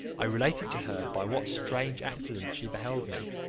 i related to her by what strange accident she beheld me,